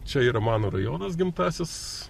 čia yra mano rajonas gimtasis